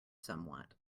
somewhat